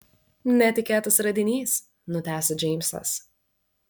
netikėtas radinys nutęsia džeimsas